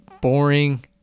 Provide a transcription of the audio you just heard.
boring